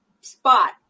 spot